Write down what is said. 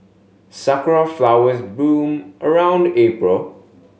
sakura flowers bloom around April